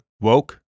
Woke